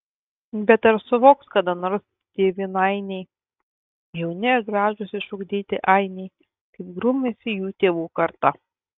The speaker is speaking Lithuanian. bet ar suvoks kada nors tėvynainiai jauni ir gražūs išugdyti ainiai kaip grūmėsi jų tėvų karta